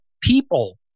people